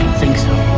think so.